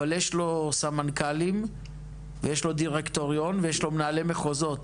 אבל יש לו סמנכ"לים ויש לו דירקטוריון ויש לו מנהלי מחוזות,